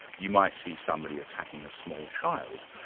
you might see somebody attacking a small child,